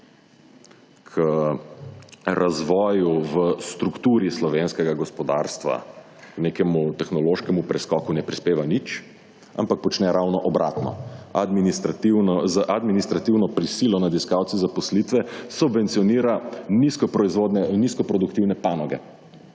k razvoju, k strukturi slovenskega gospodarstva, k nekemu tehnološkemu preskoku ne prispeva nič, ampak počne ravno obratno. Z administrativno prisilo nad iskalci zaposlitve subvencionira nizko proizvodne in